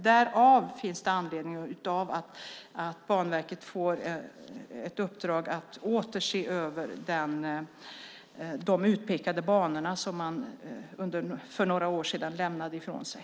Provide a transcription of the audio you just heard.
Därför finns det anledning att ge Banverket ett uppdrag att åter se över de utpekade banorna, som man för några år sedan lämnade ifrån sig.